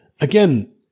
again